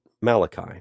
Malachi